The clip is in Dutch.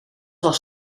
was